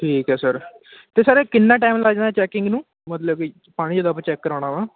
ਠੀਕ ਹੈ ਸਰ ਅਤੇ ਸਰ ਇਹ ਕਿੰਨਾ ਟਾਈਮ ਲੱਗ ਜਾਣਾ ਚੈਕਿੰਗ ਨੂੰ ਮਤਲਬ ਕਿ ਪਾਣੀ ਦਾ ਚੈੱਕ ਕਰਾਉਣ